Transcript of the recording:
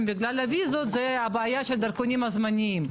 בגלל הוויזה זה הבעיה של הדרכונים הזמניים.